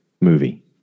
movie